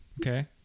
Okay